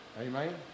Amen